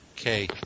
Okay